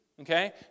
okay